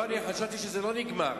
לא, אני חשבתי שזה לא נגמר.